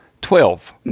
Twelve